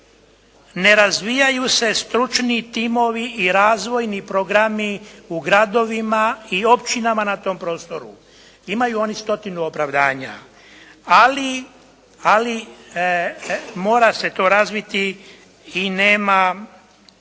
ne razvijaju se stručni timovi i razvojni programi u gradovima i općinama na tom prostoru. Imaju oni stotinu opravdanja, ali mora se to razviti i nema